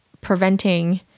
preventing